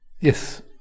Yes